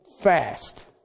fast